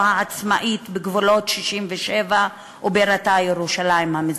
העצמאית בגבולות 67' ובירתה ירושלים המזרחית.